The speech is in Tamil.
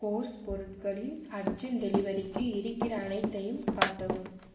கோர்ஸ் பொருட்களில் அர்ஜெண்ட் டெலிவரிக்கு இருக்கிற அனைத்தையும் காட்டவும்